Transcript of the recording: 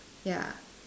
ya